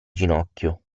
ginocchio